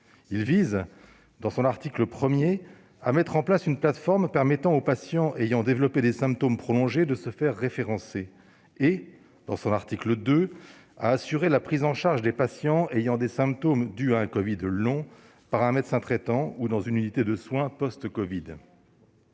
vise, dans son article 1, à mettre en place une plateforme permettant aux patients ayant développé des symptômes prolongés de se faire référencer, et, dans son article 2, à assurer la prise en charge des patients souffrant de symptômes dus à un covid long par un médecin traitant ou dans une unité de soins post-covid.